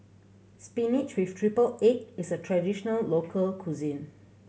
spinach with triple egg is a traditional local cuisine